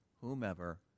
whomever